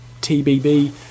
TBB